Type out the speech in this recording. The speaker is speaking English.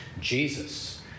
Jesus